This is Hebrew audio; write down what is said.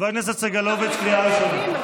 חבר הכנסת סגלוביץ', קריאה ראשונה.